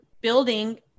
building